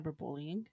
cyberbullying